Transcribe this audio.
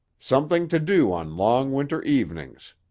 something to do on long winter evenings.